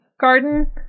Garden